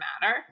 matter